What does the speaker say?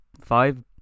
five